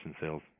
sales